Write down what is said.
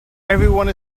everyone